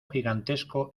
gigantesco